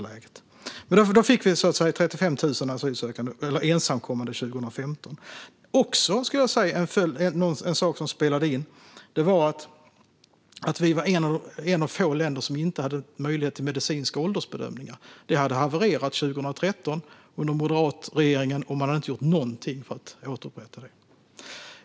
Vi fick alltså ta emot 35 000 ensamkommande 2015. En sak som också spelade in var att vi var ett av få länder som inte hade möjlighet till medicinska åldersbedömningar. Det hade havererat 2013 under den moderatledda regeringen, och man hade inte gjort något för att återupprätta det.